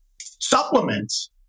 supplements